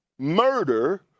Murder